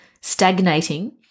stagnating